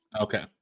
Okay